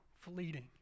fleeting